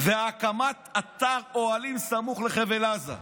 "הקמת אתר אוהלים סמוך לחבל עזה"